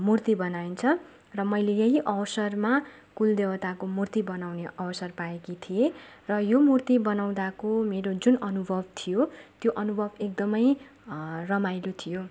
मूर्ति बनाइन्छ र मैले यही अवसरमा कुल देउताको मूर्ति बनाउने अवसर पाएकी थिएँ र यो मूर्ति बनाउँदाको मेरो जुन अनुभव थियो त्यो अनुभव एकदमै रमाइलो थियो